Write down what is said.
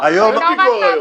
לא --- יש פיקוח,